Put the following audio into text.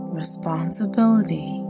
responsibility